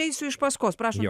eisiu iš paskos prašom